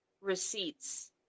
receipts